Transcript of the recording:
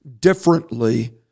differently